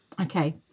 Okay